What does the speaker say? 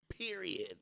Period